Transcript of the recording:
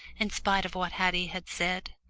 in spite of what haddie had said.